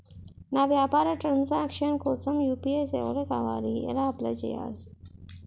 నా వ్యాపార transaction కోసం యు.పి.ఐ సేవలు కావాలి ఎలా అప్లయ్ చేసుకోవాలి?